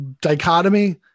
dichotomy